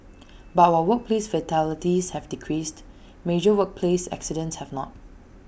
but while workplace fatalities have decreased major workplace accidents have not